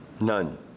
None